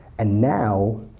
and now,